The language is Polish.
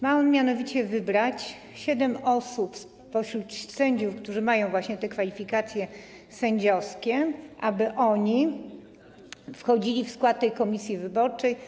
Ma on mianowicie wybrać siedem osób spośród sędziów, którzy mają właśnie te kwalifikacje sędziowskie, aby weszli oni w skład tej komisji wyborczej.